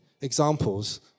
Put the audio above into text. examples